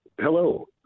Hello